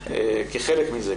כחלק מזה,